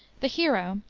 the hero,